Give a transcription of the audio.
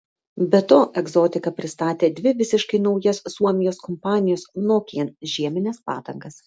be to egzotika pristatė dvi visiškai naujas suomijos kompanijos nokian žiemines padangas